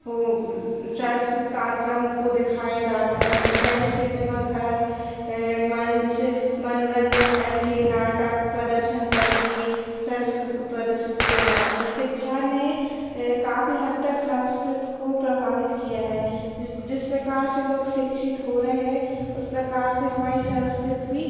वो सांस्कृतिक कर्यक्रम को दिखाया जाता है पहले सिनेमा घर मंच मनोरंजन करके नाटक प्रदर्शन करके संस्कृत को प्रदर्शित किया जाता था सिक्षा ने काफी हद तक संस्कृति को प्रभावित किया है जिस प्रकार से लोग सिक्षित हो रहे हैं उस प्रकार से हमारी संस्कृति भी